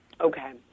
Okay